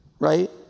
Right